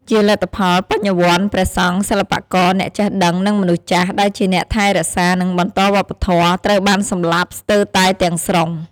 ជាលទ្ធផល បញ្ញវន្ត ព្រះសង្ឃ សិល្បករ អ្នកចេះដឹង និងមនុស្សចាស់ ដែលជាអ្នកថែរក្សា និងបន្តវប្បធម៌ ត្រូវបានសម្លាប់ស្ទើរតែទាំងស្រុង។